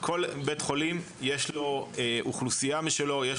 לכל בית חולים יש אוכלוסייה משלו,